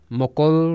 mokol